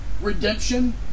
redemption